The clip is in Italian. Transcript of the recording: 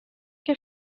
che